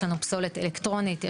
יש פסולת אלקטרונית,